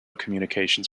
communications